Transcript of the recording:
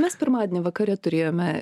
mes pirmadienį vakare turėjome